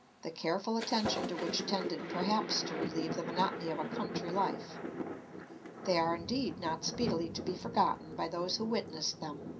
the careful attention to which tended perhaps to relieve the monotony of a country life they are indeed not speedily to be forgotten by those who witnessed them.